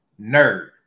Nerd